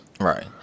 Right